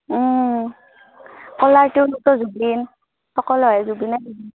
কলাৰ টিউনটো জুবিন সকলোৰে জুবিনেই